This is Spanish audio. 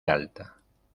alta